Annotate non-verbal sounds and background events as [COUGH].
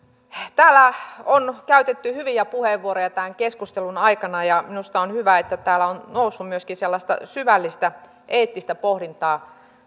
täällä on käytetty hyviä puheenvuoroja tämän keskustelun aikana ja minusta on hyvä että täällä on noussut myöskin sellaista syvällistä eettistä pohdintaa [UNINTELLIGIBLE]